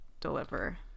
deliver